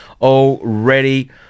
already